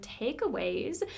takeaways